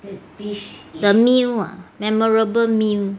the meal ah memorable meal